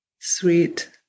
sweet